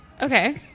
Okay